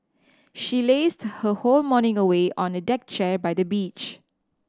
she lazed her whole morning away on a deck chair by the beach